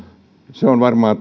se on varmaan